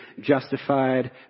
justified